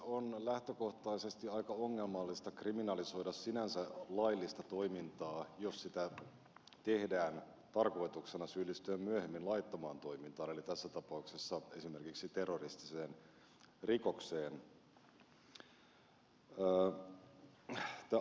on lähtökohtaisesti aika ongelmallista kriminalisoida sinänsä laillista toimintaa jos sitä tehdään tarkoituksena syyllistyä myöhemmin laittomaan toimintaan eli tässä tapauksessa esimerkiksi terroristiseen rikokseen